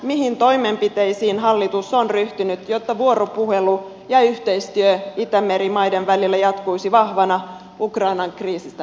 mihin toimenpiteisiin hallitus on ryhtynyt jotta vuoropuhelu ja yhteistyö itämeren maiden välillä jatkuisivat vahvana ukrainan kriisistä huolimatta